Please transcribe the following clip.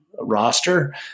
roster